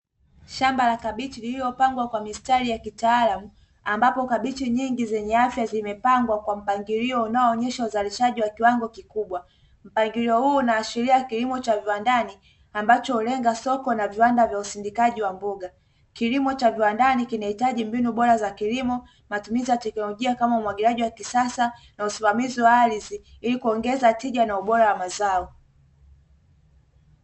Shamba la kabichi lililopangwa kwa mistari ya kitaalamu, ambapo kabichi nyingi zenye afya zimepangwa kwa mpangilio unaoonyesha uzalishaji wa kiwango kikubwa, mpangilio huu unaashiria kilimo cha viwandani ambacho hulenga soko na viwanda vya usindikaji wa mboga, kilimo cha viwandani kinahitaji mbinu bora za kilimo, matumizi ya teknolojia, kama umwagiliaji wa kisasa na usimamizi wa ardhi, ili kuongeza tija na ubora wa mazao.